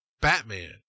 Batman